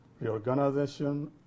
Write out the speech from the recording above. reorganization